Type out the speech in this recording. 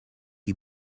you